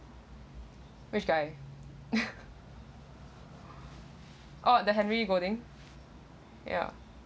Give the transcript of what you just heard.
which guy oh the henry golding ya